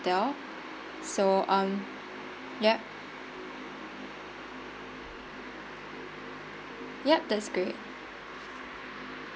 hotel so um yup yup that's great